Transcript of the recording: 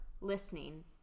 listening